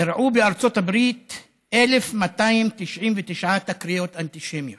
אירעו בארצות הברית 1,299 תקריות אנטישמיות.